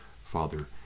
Father